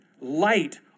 Light